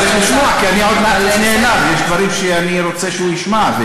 צריך, כי אני עוד, יש דברים שאני רוצה שהוא ישמע.